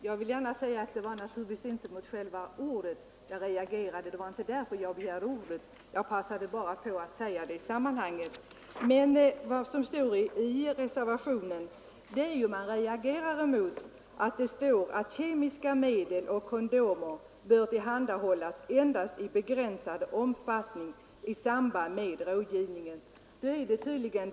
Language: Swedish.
Fru talman! Anledningen till att jag begärde ordet var inte att jag reagerade mot benämningen ”rådgivningsinrättning”. Det var bara ett påpekande som jag passade på att göra i sammanhanget. Vad jag framför allt vänder mig mot i reservationen är att den syftar till att kemiska preventivmedel och kondomer skall tillhandahållas endast i begränsad omfattning i samband med rådgivningen.